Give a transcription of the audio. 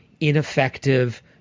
ineffective